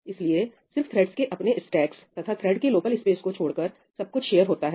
इसलिए सिर्फ थ्रेडस के अपने स्टेक्स तथा थ्रेडस के लोकल स्पेस को छोड़कर सब कुछ शेयर होता है